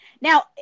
Now